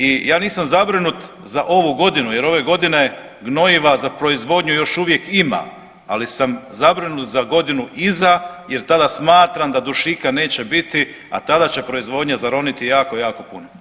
I ja nisam zabrinut za ovu godinu, jer ove godine gnojiva za proizvodnju još uvijek ima, ali sam zabrinut za godinu iza jer tada smatram da dušika neće biti, a tada će proizvodnja zaroniti jako, jako puno.